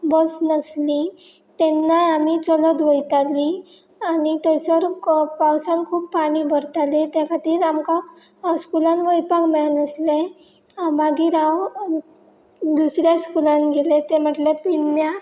बस नासली तेन्नाय आमी चलत वयतालीं आनी थंयसर पावसान खूब पाणी भरताले त्या खातीर आमकां स्कुलान वयपाक मेळनासलें मागीर हांव दुसऱ्या स्कुलान गेलें तें म्हटल्यार पेडण्या